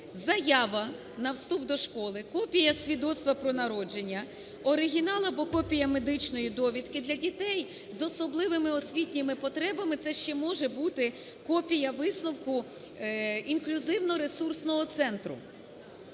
заява на вступ до школи, копія свідоцтва про народження, оригінал або копія медичної довідки, для дітей з особливими освітніми потребами це ще може бути копія висновку Інклюзивно-ресурсного центру.